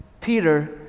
Peter